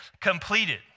completed